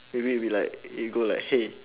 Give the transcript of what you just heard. maybe it will be like you go say like hey